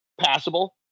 passable